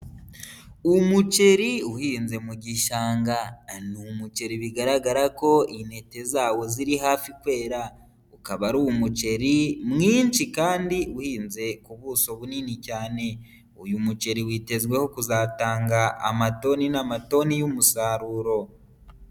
Umuceri uhinze mu gishanga, ni umuceri bigaragara ko intete zawo ziri hafi kwera, ukaba ari umuceri mwinshi kandi uhinze ku buso bunini cyane, uyu muceri witezweho kuzatanga amatoni n'amatoni y'umusaruro.